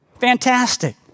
Fantastic